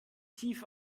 tief